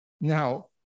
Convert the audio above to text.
Now